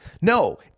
No